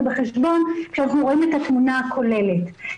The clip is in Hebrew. בחשבון כשאנחנו רואים את התמונה הכוללת.